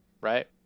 right